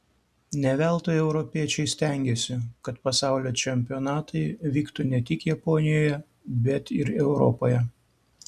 ne veltui europiečiai stengėsi kad pasaulio čempionatai vyktų ne tik japonijoje bet ir europoje